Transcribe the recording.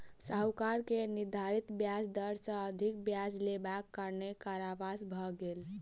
साहूकार के निर्धारित ब्याज दर सॅ अधिक ब्याज लेबाक कारणेँ कारावास भ गेल